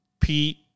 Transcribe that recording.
Pete